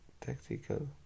tactical